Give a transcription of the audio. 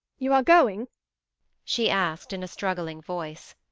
you are going she asked, in a struggling voice.